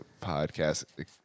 podcast